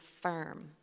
firm